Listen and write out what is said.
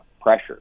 pressure